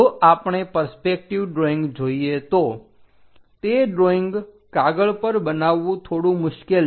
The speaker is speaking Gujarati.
જો આપણે પરસ્પેકટિવ ડ્રોઈંગ જોઈએ તો તે ડ્રોઈંગ કાગળ પર બનાવવું થોડું મુશ્કેલ છે